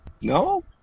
No